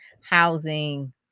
housing